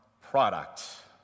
product